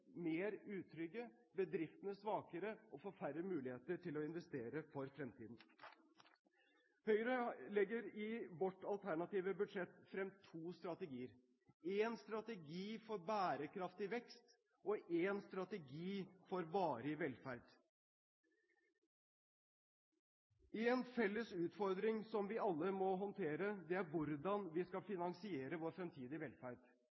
mer utrygge, bedriftene svakere, og de får færre muligheter til å investere for fremtiden. Høyre legger i vårt alternative budsjett frem to strategier: en strategi for bærekraftig vekst, og en strategi for varig velferd. En felles utfordring som vi alle må håndtere, er hvordan vi skal finansiere vår fremtidige velferd.